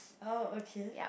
oh okay